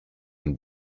and